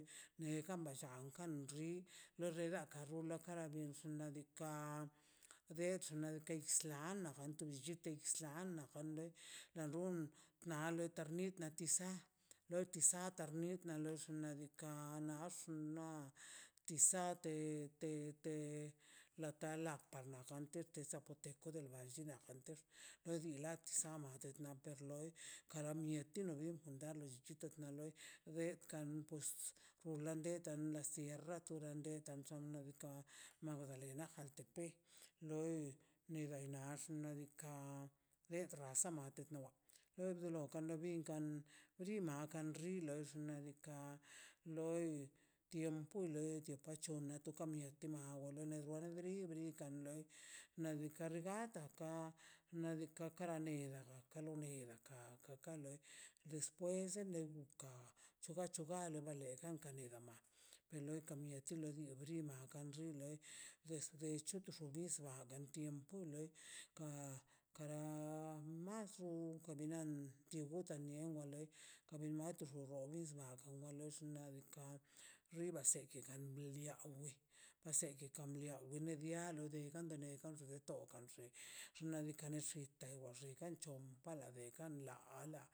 Neka ba llan kan bxi lo regaka ru kara lle xnaꞌ diikaꞌ dets xnaꞌ diikaꞌ ixtlan na tu llunte ixtlan nafande dadon naa arnit nisaꞌ lo tisa karnita naꞌ lox xnaꞌ diikaꞌ nash na tisa te- te- te latal la par nad ante de zapoteco loban llina ter no diiḻa sama nti loi kara mieti no mien fundarlos chitan gon ga lei kan pox orlandeta la sierra tu dandeta llon xnaꞌ diikaꞌ magdalena loi nega nax xnaꞌ diikaꞌ los wa kale binkan prinma ka lo xilex xnaꞌ diikaꞌ loi tiempo la de pachio na de ka mieti ma wa lo ne da bribri kan loi na birka gada ka xnaꞌ diikaꞌ kara neda kalo neda ka ka kan loi despues en el buka chuba chuba wa leida kan lida gam te loi ka mieti lo brima kan xo xinlei des desch tuxi chisma denl tiempo xnaꞌ diikaꞌ rriba se ke kan blia wi aseke ka blian wile dia no de kan lo de tokan xe xnaꞌ diikaꞌ nexsitan ware xikan c̱ho pala bekan bia